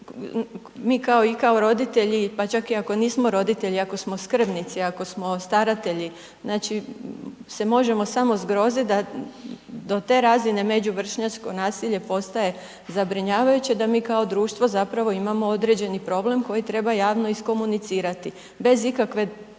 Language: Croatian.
mi kao i kao roditelji, pa čak i ako nismo roditelji, ako smo skrbnici, ako smo staratelji, znači se možemo samo zgroziti da do te razine međuvršnjačko nasilje postaje zabrinjavajuće da mi kao društvo zapravo imamo određeni problem koji treba javno iskomunicirati bez ikakve